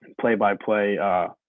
play-by-play